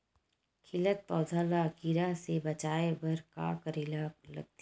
खिलत पौधा ल कीरा से बचाय बर का करेला लगथे?